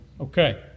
Okay